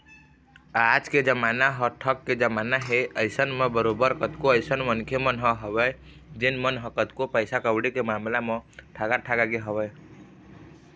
आज के जमाना ह ठग के जमाना हे अइसन म बरोबर कतको अइसन मनखे मन ह हवय जेन मन ह कतको पइसा कउड़ी के मामला म ठगा ठगा गे हवँय